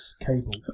cable